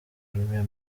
jumia